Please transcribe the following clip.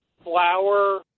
flower